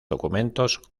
documentos